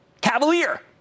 Cavalier